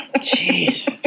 Jesus